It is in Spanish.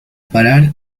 parar